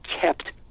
kept